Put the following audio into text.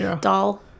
doll